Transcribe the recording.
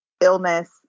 illness